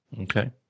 okay